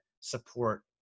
support